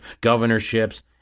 governorships